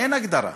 אין הגדרה.